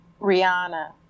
Rihanna